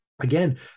again